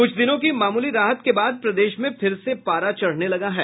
कुछ दिनों की मामूली राहत के बाद प्रदेश में फिर से पारा चढ़ने लगा है